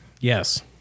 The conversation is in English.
Yes